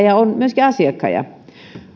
ja on myöskin asiakkaita